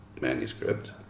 manuscript